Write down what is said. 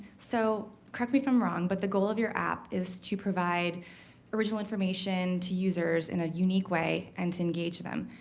so, correct me if i'm wrong, but the goal of your app is to provide original information to users in a unique way and to engage them.